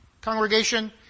congregation